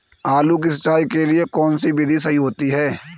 आलू की सिंचाई के लिए कौन सी विधि सही होती है?